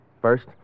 First